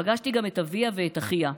פגשתי גם את אביה ואת אחיה,